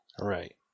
Right